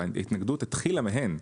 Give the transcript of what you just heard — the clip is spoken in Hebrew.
וההתנגדות התחילה מהן,